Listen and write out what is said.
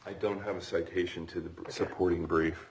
i don't have a citation to the supporting brief